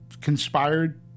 conspired